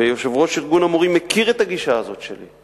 ויושב-ראש ארגון המורים מכיר את הגישה הזאת שלי.